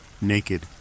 naked